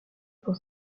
pour